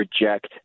reject